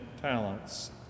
talents